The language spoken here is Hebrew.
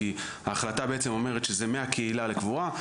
כי ההחלטה בעצם אומרת שזה מהקהילה לקבורה,